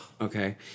Okay